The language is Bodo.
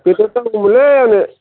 बेदर नांगौ मोनलै आंनो